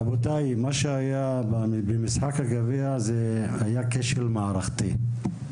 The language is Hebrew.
רבותיי, מה שהיה במשחק הגביע היה כשל מערכתי.